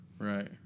Right